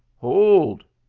hold,